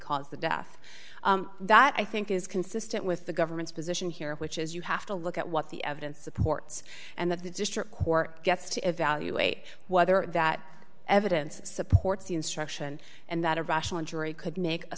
caused the death that i think is consistent with the government's position here which is you have to look at what the evidence supports and that the district court gets to evaluate whether that evidence supports the instruction and that a rational injury could make